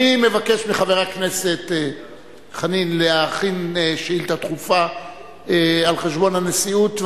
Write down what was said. אני מבקש מחבר הכנסת חנין להכין שאילתא דחופה על חשבון הנשיאות,